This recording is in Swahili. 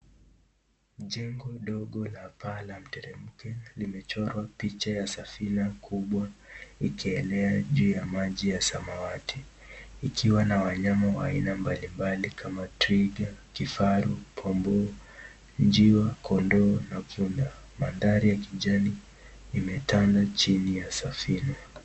Jego dongo lenye paa la mteremke , limechorwa picha ya safina kubwa ikienea juu ya maji ya samawati ikiwa na wanyama wa aina mbali mbali kama twiga, kifaru ,njiwa, kondoo, na punda. Mandhari ya kijaniimetana chini ya safina.